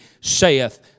saith